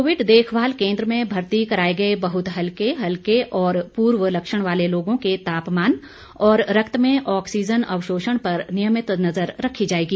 Covid देखमाल केंद्र में भर्ती कराए गए बहुत हल्के हल्के और पूर्व लक्ष्ण वाले लोगों के तापमान और रक्त में ऑक्सीजन अवशोषण पर नियमित नजर रखी जाएगी